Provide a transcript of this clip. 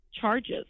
charges